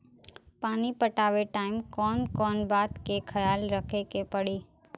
पानी पटावे टाइम कौन कौन बात के ख्याल रखे के पड़ी?